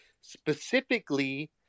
specifically